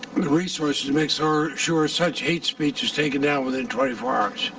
resources to make sure sure such hate speech is taken down within twenty four hours?